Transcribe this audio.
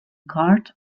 cart